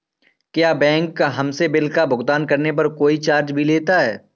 क्या बैंक हमसे बिल का भुगतान करने पर कोई चार्ज भी लेता है?